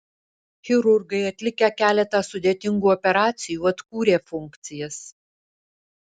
chirurgai atlikę keletą sudėtingų operacijų atkūrė funkcijas